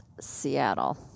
Seattle